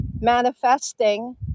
manifesting